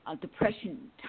depression